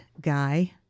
guy